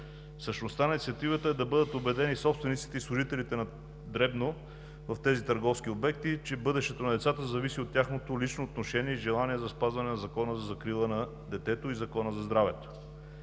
Същността на инициативата е да бъдат убедени собствениците и служителите в тези търговски обекти на дребно, че бъдещето на децата зависи от тяхното лично отношение и желание за спазване на Закона за закрила на детето и Закона за здравето.